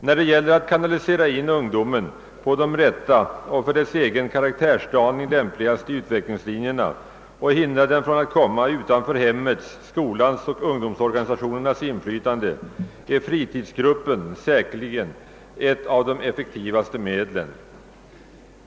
När det gäller att leda in ungdomarna på de rätta och för deras egen karaktärsdaning lämpligaste utvecklingslinjerna och hindra dem att komma utanför hemmet, skolan och ungdomsorganisationernas inflytande, är fritidsgruppen säkerligen ett av de effektivaste medlen.